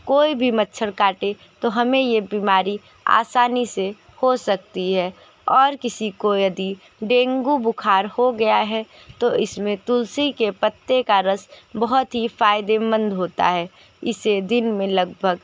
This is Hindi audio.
कोई भी मच्छर काटे तो हमें ये बीमारी आसानी से हो सकती है और किसी को यदि डेंगू बुखार हो गया है तो इस में तुलसी के पत्ते का रस बहुत ही फायदेमन्द होता है इसे दिन में लगभग